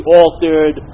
altered